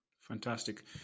Fantastic